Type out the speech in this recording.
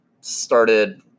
started